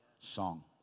song